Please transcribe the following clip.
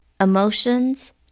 emotions